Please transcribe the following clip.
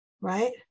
right